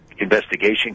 investigation